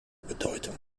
bedeutung